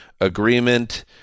agreement